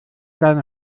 deine